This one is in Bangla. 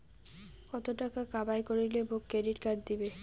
কত টাকা কামাই করিলে মোক ক্রেডিট কার্ড দিবে?